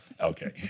Okay